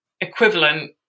equivalent